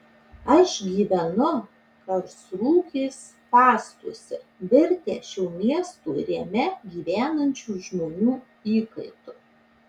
aš gyvenu karlsrūhės spąstuose virtęs šio miesto ir jame gyvenančių žmonių įkaitu